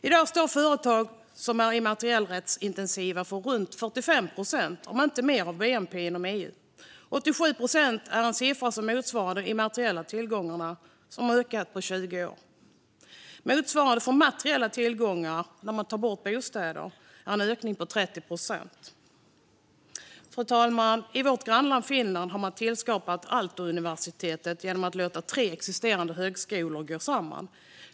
I dag står företag som är immaterialrättsintensiva för runt 45 procent, om inte mer, av bnp inom EU. 87 procent är en siffra som motsvarar hur de immateriella tillgångarna har ökat på 20 år. Motsvarande för materiella tillgångar, när man tar bort bostäder, är en ökning på 30 procent. Fru talman! I vårt grannland Finland har man tillskapat Aalto-universitetet genom att låta tre existerande högskolor gå samman.